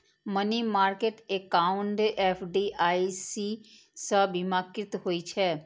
money market account FDIC सं बीमाकृत होइ छै